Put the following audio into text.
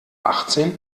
achtzehn